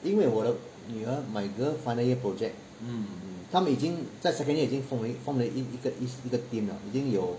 因为我的女儿 my girl final year project 他们已经在 second year 已经 form 了 form 了一个一个 team liao 已经有